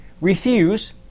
refuse